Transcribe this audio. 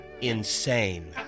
insane